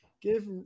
Give